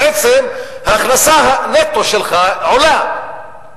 בעצם ההכנסה נטו שלך עולה,